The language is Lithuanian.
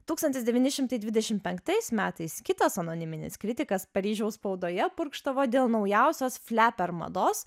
tūkstantis devyni šimtai dvidešim penktais metais kitas anoniminis kritikas paryžiaus spaudoje purkštavo dėl naujausios fleper mados